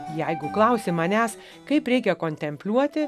jeigu klausi manęs kaip reikia kontempliuoti